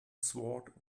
sword